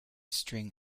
string